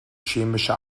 chemische